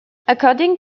according